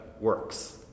works